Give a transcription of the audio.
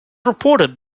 reported